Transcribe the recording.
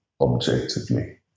objectively